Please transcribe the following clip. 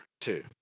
two